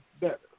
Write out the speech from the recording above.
better